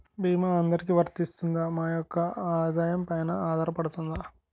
భీమా అందరికీ వరిస్తుందా? మా యెక్క ఆదాయం పెన ఆధారపడుతుందా?